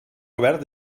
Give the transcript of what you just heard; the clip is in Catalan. obert